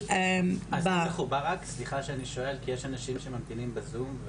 אנחנו מקיימות את הדיון הזה